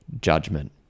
judgment